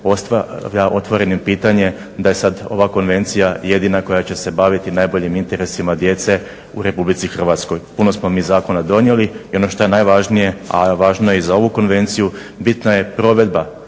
ostavlja otvorenim pitanje da je sad ova konvencija jedina koja će se baviti najboljim interesima djece u RH. Puno smo mi zakona donijeli i ono što je najvažnije, a važno je i za ovu konvenciju, bitna je provedba